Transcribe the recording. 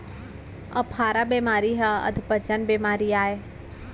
अफारा बेमारी हर अधपचन बेमारी अय